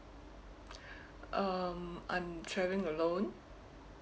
um I'm traveling alone